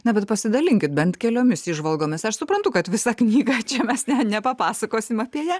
na bet pasidalinkit bent keliomis įžvalgomis aš suprantu kad visą knygą čia mes ne nepapasakosim apie ją